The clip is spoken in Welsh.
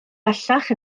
bellach